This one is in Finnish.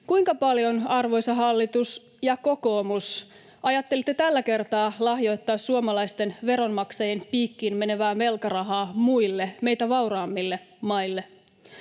Kuinka paljon, arvoisa hallitus — ja kokoomus —ajattelitte tällä kertaa lahjoittaa suomalaisten veronmaksajien piikkiin menevää velkarahaa muille, meitä vauraammille maille?